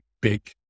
big